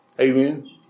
amen